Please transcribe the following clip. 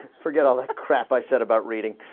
forget all that crap i said about reading